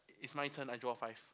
it's my turn I draw five